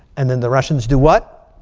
and then the russians do what?